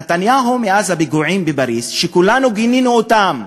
נתניהו, מאז הפיגועים בפריז, שכולנו גינינו אותם,